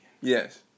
Yes